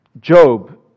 Job